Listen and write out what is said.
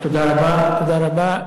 תודה רבה, תודה רבה.